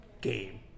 game